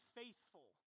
faithful